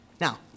Now